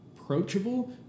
approachable